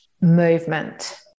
Movement